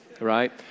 right